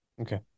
Okay